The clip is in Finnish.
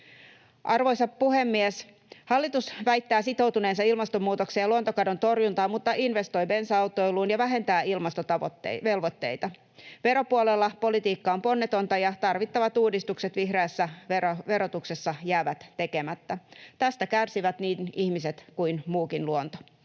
Arvoisa puhemies! Hallitus väittää sitoutuneensa ilmastonmuutoksen ja luontokadon torjuntaan mutta investoi bensa-autoiluun ja vähentää ilmastovelvoitteita. Veropuolella politiikka on ponnetonta, ja tarvittavat uudistukset vihreässä verotuksessa jäävät tekemättä. Tästä kärsivät niin ihmiset kuin muukin luonto.